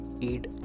eat